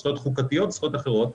זכויות חוקתיות וזכויות אחרות,